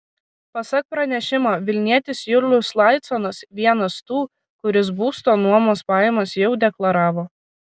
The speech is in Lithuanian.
pasak pranešimo vilnietis julius laiconas vienas tų kuris būsto nuomos pajamas jau deklaravo